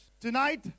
Tonight